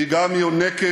היא גם יונקת,